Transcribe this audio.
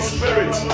Spirit